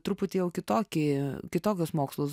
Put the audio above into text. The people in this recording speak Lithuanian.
truputį jau kitokį kitokius mokslus